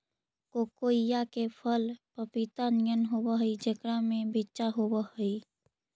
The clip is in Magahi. कोकोइआ के फल पपीता नियन होब हई जेकरा में बिच्चा होब हई